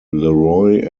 leroy